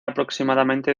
aproximadamente